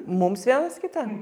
mums vienas kitą